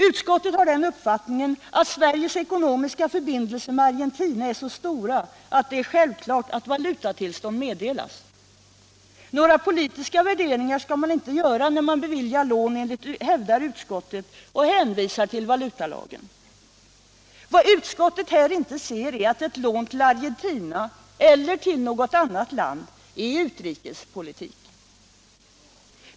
Utskottet har den uppfattningen att Sveriges ekonomiska förbindelser med Argentina är så omfattande att det är självklart att valutatillstånd meddelas. Några politiska värderingar skall man inte göra när man beviljar lån, hävdar utskottet och hänvisar till valutalagen. Vad utskottet här inte ser är att ett lån till Argentina — eller till något annat land — är utrikespolitik.